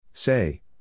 Say